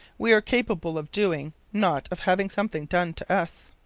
we are capable of doing, not of having something done to us.